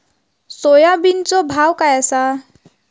सोयाबीनचो भाव काय आसा?